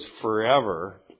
forever